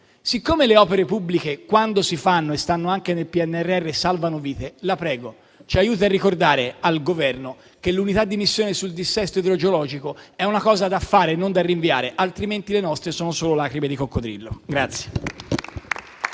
siccome le opere pubbliche quando si fanno e stanno anche nel PNRR salvano vite, la prego ci aiuti a ricordar al Governo che l'unità di missione sul dissesto idrogeologico è una cosa da fare e non da rinviare, altrimenti le nostre sono solo lacrime di coccodrillo.